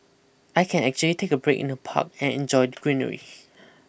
I can actually take a break in the park and enjoy the greenery